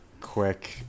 quick